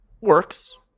works